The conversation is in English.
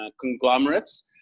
conglomerates